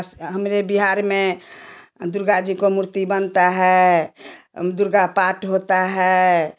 हमारे बिहार में दुर्गा जी को मूर्ति बनता है दुर्गा पाठ होता है